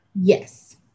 Yes